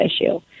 issue